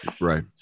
Right